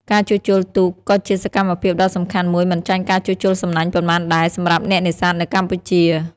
ការជួសជុលទូកក៏ជាសកម្មភាពដ៏សំខាន់មួយមិនចាញ់ការជួសជុលសំណាញ់ប៉ុន្មានដែរ សម្រាប់អ្នកនេសាទនៅកម្ពុជា។